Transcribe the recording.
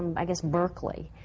i guess, berkeley,